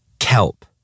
Kelp